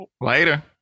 Later